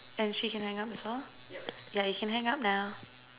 and she can hang up as well ya you can hang up now